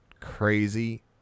crazy